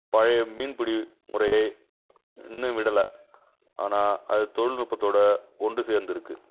பழைய மீன்பிடி முறையை இன்னும் விடலை ஆனால் அது தொழில்நுட்பத்தோடு ஒன்று சேர்ந்திருக்குது